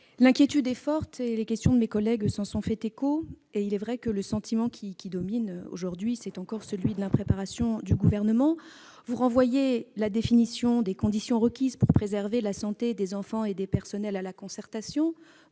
L'inquiétude est forte ; mes collègues s'en sont fait l'écho à travers leurs questions. Le sentiment qui domine aujourd'hui est encore celui de l'impréparation du Gouvernement. Vous renvoyez la définition des conditions précises requises pour préserver la santé des enfants et des personnels à la concertation.